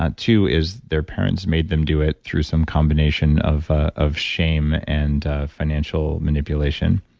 ah two is their parents made them do it through some combination of ah of shame and financial manipulation,